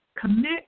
commit